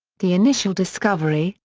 the initial discovery,